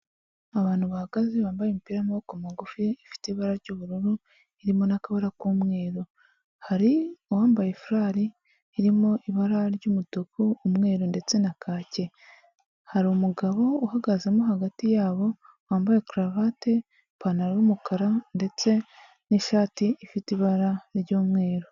Abantu bahagaze bambaye imipira w'amaboko magufi ifite ibara ry'ubururu irimo n'akabara k'umweru, hari uwambaye furari irimo ibara ry'umutuku, umweru ndetse na kacye, hari umugabo uhagazemo hagati yabo wambaye karuvate, ipantaro, y'umukara ndetse n'ishati ifite ibara ry'umweru.